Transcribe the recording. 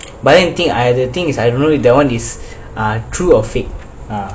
but then you think I the think is uh true or fake ah